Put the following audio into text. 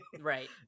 Right